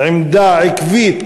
עמדה עקבית,